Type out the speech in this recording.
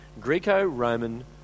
Greco-Roman